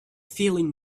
feeling